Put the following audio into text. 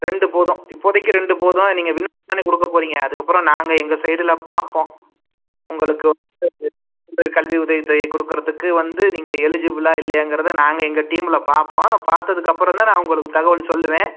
ரெண்டு போதும் இப்போதைக்கு ரெண்டு போதும் நீங்கள் விண்ணப்பம் தானே கொடுக்கப் போறீங்க அதுக்கப்புறம் நாங்கள் எங்கள் சைடில் பார்ப்போம் உங்களுக்கு வந்து கல்வி உதவித் தொகை கொடுக்கறதுக்கு வந்து நீங்கள் எலிஜிபிளா இல்லையாங்கிறதை நாங்கள் எங்கள் டீமில் பார்ப்போம் பார்த்ததுக்கு அப்புறம் தான் நான் உங்களுக்கு தகவல் சொல்லுவேன்